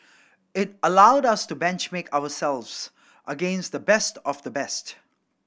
it allowed us to benchmark ourselves against the best of the best